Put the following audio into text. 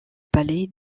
palais